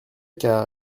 qu’à